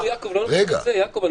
רגע, יעקב,